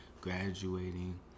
Graduating